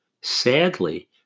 sadly